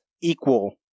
equal